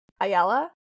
Ayala